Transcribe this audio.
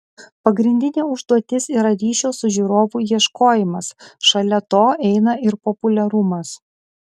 pagrindinė užduotis yra ryšio su žiūrovu ieškojimas šalia to eina ir populiarumas